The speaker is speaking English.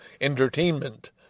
entertainment